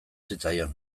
zitzaion